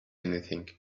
anything